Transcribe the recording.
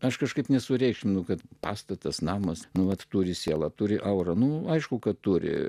aš kažkaip nesureikšminu kad pastatas namas nuolat turi sielą turi aurą nu aišku kad turi